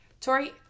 Tori